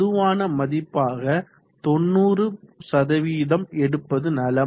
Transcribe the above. பொதுவான மதிப்பாக 90 எடுப்பது நலம்